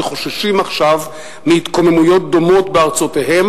שחוששים עכשיו מהתקוממויות דומות בארצותיהם